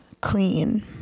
clean